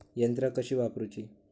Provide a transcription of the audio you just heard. यंत्रा कशी वापरूची?